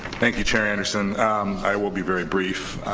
thank you chair anderson i will be very brief,